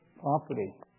property